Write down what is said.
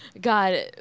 god